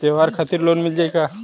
त्योहार खातिर लोन मिल जाई का?